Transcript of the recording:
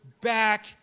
back